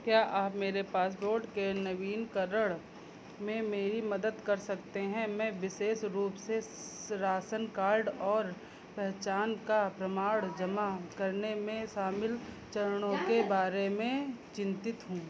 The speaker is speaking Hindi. क्या आप मेरे पासपोर्ट के नवीनकरण में मेरी मदद कर सकते हैं मैं विशेष रूप से राशन कार्ड और पहचान का प्रमाण जमा करने में शामिल चरणों के बारे में चिंतित हूँ